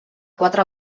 quatre